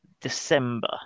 December